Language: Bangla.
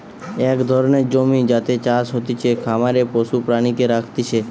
এক ধরণের জমি যাতে চাষ হতিছে, খামারে পশু প্রাণীকে রাখতিছে